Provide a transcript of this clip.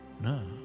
No